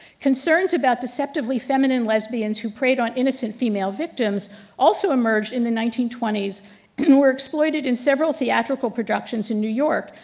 concerns about deceptively feminine lesbians who preyed on innocent female victims also emerged in the nineteen twenty s and were exploited in several theatrical productions in new york,